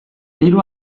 hiru